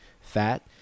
fat